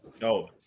No